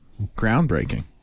groundbreaking